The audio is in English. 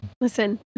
Listen